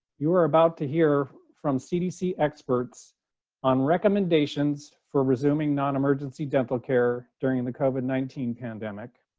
you're about to hear from cdc experts on recommendations for resuming non-emergency dental care during the covid nineteen pandemic,